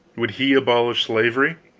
would he abolish slavery?